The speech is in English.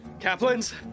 Kaplan's